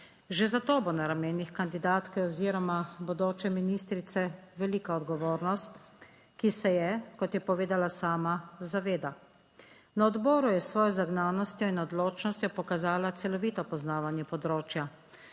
Že za to bo na ramenih kandidatke oziroma bodoče ministrice velika odgovornost, ki se je, kot je povedala sama, zaveda. Na odboru je s svojo zagnanostjo in odločnostjo pokazala celovito poznavanje področja.